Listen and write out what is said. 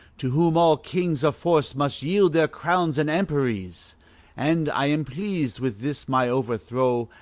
to whom all kings of force must yield their crowns and emperies and i am pleas'd with this my overthrow,